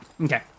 okay